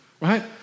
right